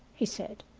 he said.